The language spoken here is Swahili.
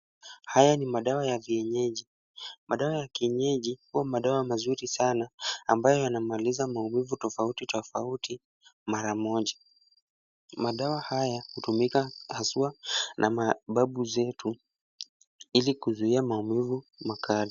Haya ni madawa ya kienyeji. Madawa ya kienyeji huwa madawa mazuri sana ambayo yanamaliza maumivu tofauti tofauti mara moja. Madawa haya hutumika haswa na mababu zetu. Ili kuzuia maumivu makali.